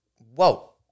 Whoa